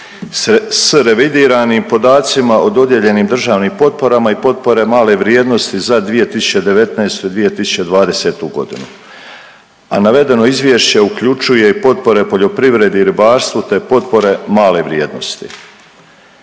s revidiranim podacima o dodijeljenim državnim potporama i potpore male vrijednosti za 2019., 2020. godinu a navedeno izvješće uključuje i potpore poljoprivredi i ribarstvu, te potpore male vrijednosti.